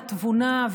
לתבונה,